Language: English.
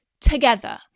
together